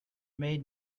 made